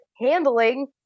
handling